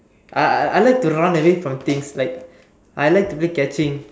I I I like to run away from things like I like to play catching